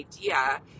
idea